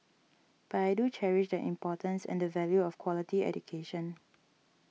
but I do cherish the importance and the value of quality education